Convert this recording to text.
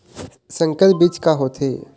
संकर बीज का होथे?